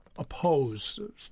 oppose